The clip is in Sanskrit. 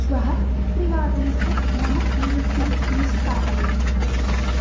श्वः त्रिवादनस्य मम नियुक्तिं निष्कासय